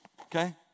okay